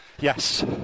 Yes